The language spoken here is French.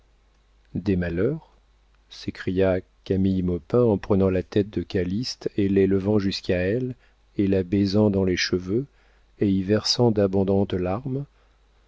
des malheurs s'écria camille maupin en prenant la tête de calyste et l'élevant jusqu'à elle et la baisant dans les cheveux et y versant d'abondantes larmes